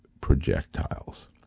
projectiles